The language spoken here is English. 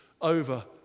over